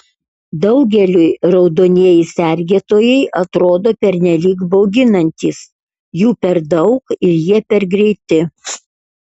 daugeliui raudonieji sergėtojai atrodo pernelyg bauginantys jų per daug ir jie per greiti